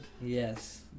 Yes